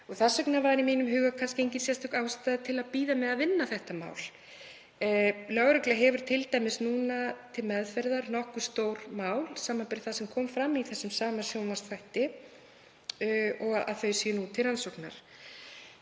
Þess vegna var í mínum huga engin sérstök ástæða til að bíða með að vinna þetta mál. Lögregla hefur t.d. núna til meðferðar nokkuð stór mál, samanber það sem kom fram í þessum sama sjónvarpsþætti um að þau séu nú til rannsóknar.